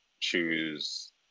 choose